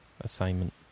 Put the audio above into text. assignment